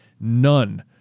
none